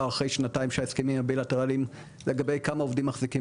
אחרי שנתיים על ההסכמים הבילטרליים לגבי כמה עובדים מחזיקים